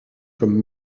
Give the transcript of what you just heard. comme